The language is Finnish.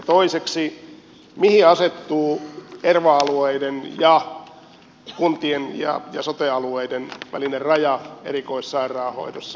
toiseksi mihin asettuu erva alueiden ja kuntien ja sote alueiden välinen raja erikoissairaanhoidossa